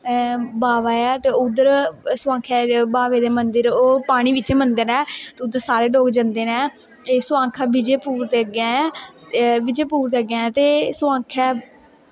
बाबा ऐ ते उद्धर सोआंखै बाबे दे मन्दर पानी बिच्च मन्दर ऐ उध्दर सारे लोग जंदे नै एह् सोआंखै विजयपुर दे अग्गैं ऐ विजयपुर दे अग्गैं ऐं ते सोआंखै